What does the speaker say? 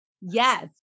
Yes